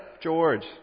George